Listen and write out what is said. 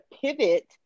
pivot